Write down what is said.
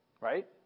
Right